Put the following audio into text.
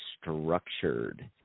structured